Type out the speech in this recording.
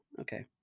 okay